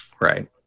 Right